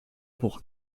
pour